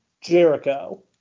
Jericho